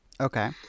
Okay